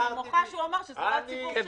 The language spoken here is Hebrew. אני מוחה שהוא אומר שזה לא הציבור שלו.